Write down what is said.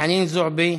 יחיא, חנין זועבי.